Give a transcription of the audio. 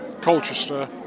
Colchester